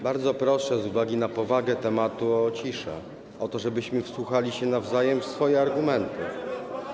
Bardzo proszę z uwagi na powagę tematu o ciszę, o to, żebyśmy wsłuchali się nawzajem w swoje argumenty.